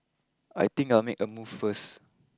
I think I'll make a move first